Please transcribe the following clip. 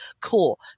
cool